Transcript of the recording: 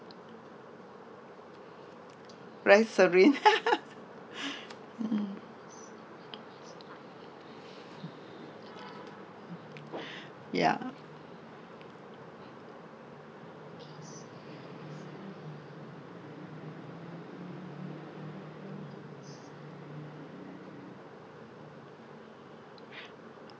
right serene mm ya